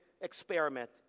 experiment